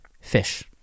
fish